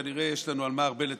כנראה יש לנו הרבה מה לתקן.